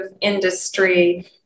industry